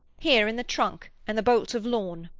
here, in the trunk, and the bolts of lawn.